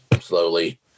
slowly